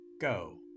Go